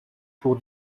pour